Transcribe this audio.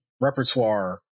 repertoire